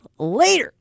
Later